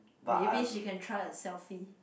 maybe she can try a selfie